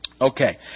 okay